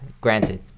granted